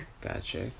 Gotcha